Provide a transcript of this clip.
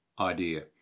idea